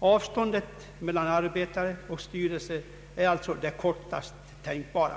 Avståndet mellan arbetare och styrelse är alltså kortaste tänkbara.